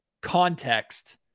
context